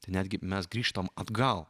netgi mes grįžtam atgal